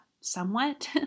somewhat